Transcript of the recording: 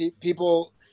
people